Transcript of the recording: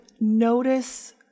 notice